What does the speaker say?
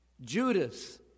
Judas